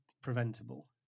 preventable